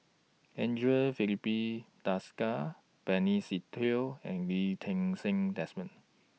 Andre Filipe Desker Benny Se Teo and Lee Ti Seng Desmond